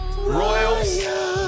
Royals